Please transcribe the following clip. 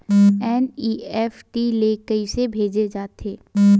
NEFT ले कइसे भेजे जाथे?